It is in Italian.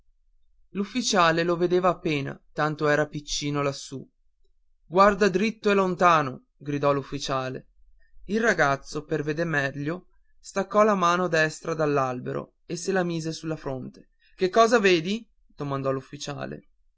l'ufficiale lo vedeva appena tanto era piccino lassù guarda dritto e lontano gridò l'ufficiale il ragazzo per veder meglio staccò la mano destra dall'albero e se la mise alla fronte che cosa vedi domandò l'ufficiale